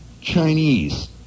chinese